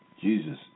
Jesus